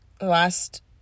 last